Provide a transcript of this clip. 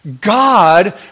God